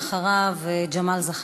אחריו, ג'מאל זחאלקה.